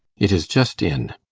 it is just in.